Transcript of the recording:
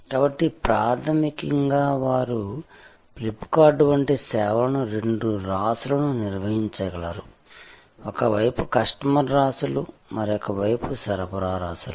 కాబట్టి ప్రాథమికంగా వారు ఫ్లిప్కార్ట్ వంటి సేవలను రెండు రాశులను నిర్వహించగలరు ఒక వైపు కస్టమర్ రాశులు మరియు మరొక వైపు సరఫరా రాశులు